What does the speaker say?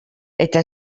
eta